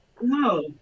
No